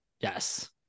Yes